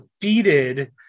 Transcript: defeated